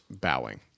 bowing